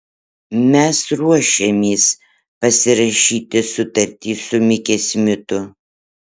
mes ruošiamės pasirašyti sutartį su mike smitu